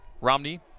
Romney